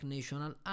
National